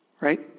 right